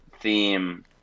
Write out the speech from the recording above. theme